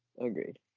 Agreed